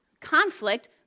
Conflict